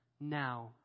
now